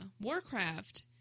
Warcraft